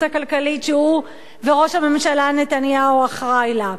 הכלכלית שהוא וראש הממשלה נתניהו אחראים לה.